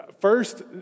first